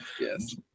Yes